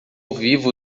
vivo